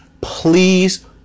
please